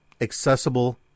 accessible